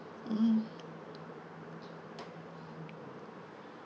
mm